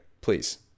Please